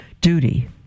duty